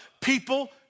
people